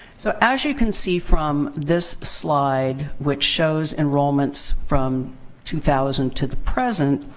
so, as you can see from this slide, which shows enrollments from two thousand to the present,